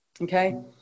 Okay